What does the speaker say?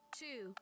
two